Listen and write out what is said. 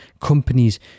companies